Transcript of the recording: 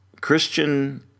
Christian